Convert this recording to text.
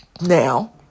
Now